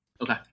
Okay